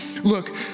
Look